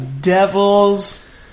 devils